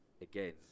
again